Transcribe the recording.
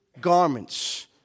garments